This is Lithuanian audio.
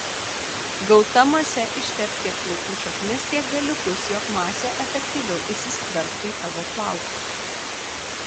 gauta mase ištepk tiek plaukų šaknis tiek galiukus jog masė efektyviau įsiskverbtų į tavo plaukus